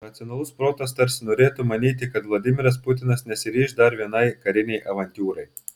racionalus protas tarsi norėtų manyti kad vladimiras putinas nesiryš dar vienai karinei avantiūrai